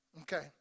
Okay